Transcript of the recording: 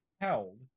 held